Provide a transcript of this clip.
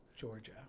Georgia